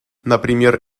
например